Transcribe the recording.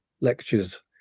lectures